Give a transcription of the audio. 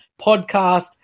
podcast